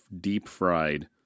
deep-fried